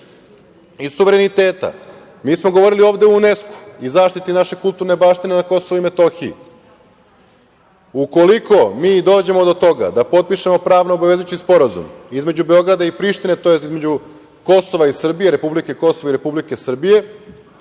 i suvereniteta. Mi smo govorili ovde o UNESKO-u i zaštiti naše kulturne baštine na Kosovu i Metohiji. Ukoliko mi i dođemo do toga da potpišemo pravno obavezujući sporazum između Beograda i Prištine, tj. između Kosova i Republike Srbije, republike Kosova i Republike Srbije,